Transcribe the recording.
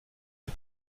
les